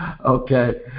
Okay